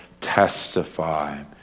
testify